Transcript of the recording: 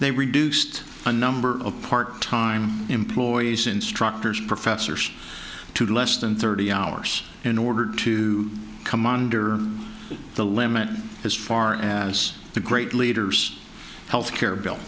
they reduced a number of part time employees instructors professors to less than thirty hours in order to come under the limit as far as the great leaders health care bil